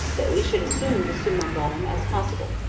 that we should assume the summum bonum as possible.